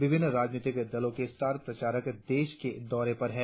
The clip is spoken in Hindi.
विभिन्न राजनीतिक दलों के स्टार प्रचारक देशभर के दौरे पर है